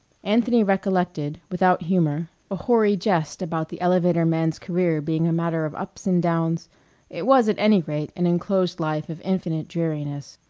anthony recollected, without humor, a hoary jest about the elevator man's career being a matter of ups and downs it was, at any rate, an enclosed life of infinite dreariness.